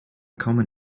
common